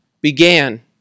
began